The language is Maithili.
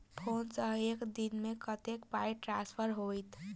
फोन सँ एक दिनमे कतेक पाई ट्रान्सफर होइत?